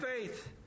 faith